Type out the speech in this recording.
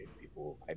people